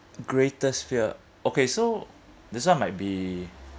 greatest fear okay so this one might be